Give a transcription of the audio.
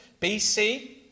BC